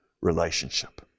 relationship